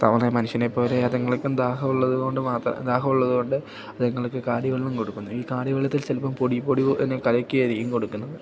ഇത്തവണ മനുഷ്യനെപ്പോലെ അതുങ്ങൾക്കും ദാഹം ഉള്ളതുകൊണ്ടുമാത്രം ദാഹം ഉള്ളതുകൊണ്ട് അതുങ്ങൾക്ക് കാടിവെള്ളം കൊടുക്കുന്നു ഈ കാടിവെള്ളത്തിൽ ചിലപ്പോള് പൊടി പൊടിതന്നെ കലക്കിയായിരിക്കും കൊടുക്കുന്നത്